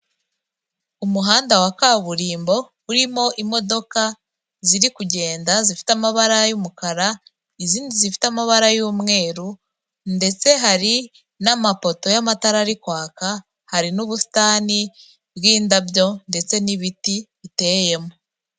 Umuhanda wa kaburimbo urimo imodoka ziri kugenda zifite amabara y'umukara, izindi zifite amabara y'umweru ndetse hari n'amapoto y'amatara ari kwaka, hari n'ubusitani bw'indabyo ndetse n'ibiti biteyemo.